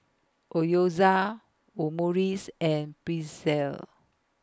Gyoza Omurice and Pretzel